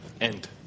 end